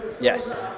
Yes